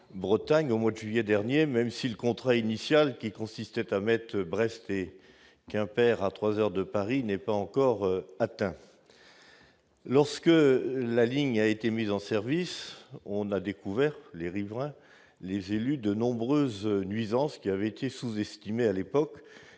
au mois de juillet dernier, même si le contrat initial qui consistait à mettre Brest et Quimper à 3 heures de Paris n'est pas encore atteint. Lors de cette mise en service, élus et riverains ont constaté que de nombreuses nuisances avaient été sous-estimées. Une